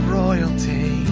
royalty